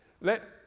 Let